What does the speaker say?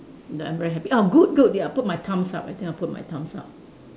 the I'm very happy ah good good ya I put my thumbs up I think I put my thumbs up